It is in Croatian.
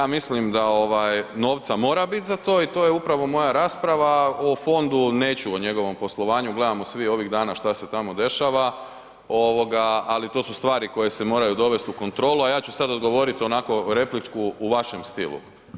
Ja mislim da ovaj novca mora biti za to i to je upravo moja rasprava, o fondu neću o njegovom poslovanju, gledamo svi ovih dana šta se tamo dešava, ali to su stvari koje se moraju dovesti u kontrolu, a ja ću sada odgovorit onako repliku u vašem stilu.